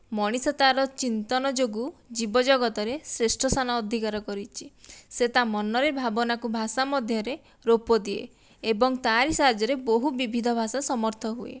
ମଣିଷ ତାର ଚିନ୍ତନ ଯୋଗୁଁ ଜୀବଜଗତ ରେ ଶ୍ରେଷ୍ଠ ସ୍ଥାନ ଅଧିକାର କରିଛି ସେ ତା ମନରେ ଭାବନାକୁ ଭାଷା ମଧ୍ୟରେ ରୂପ ଦିଏ ଏବଂ ତା'ରି ସାହାଯ୍ୟ ରେ ବହୁ ବିବିଧ ଭାଷା ସମର୍ଥ ହୁଏ